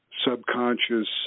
subconscious